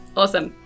awesome